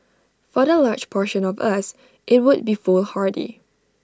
for the large portion of us IT would be foolhardy